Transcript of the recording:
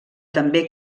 també